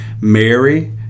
Mary